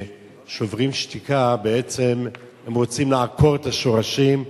"שוברים שתיקה" בעצם רוצים לעקור את השורשים.